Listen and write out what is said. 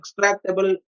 extractable